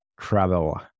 travel